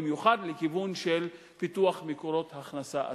במיוחד לכיוון של פיתוח מקורות הכנסה עצמיים.